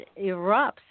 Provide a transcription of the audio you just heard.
erupts